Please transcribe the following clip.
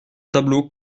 tableau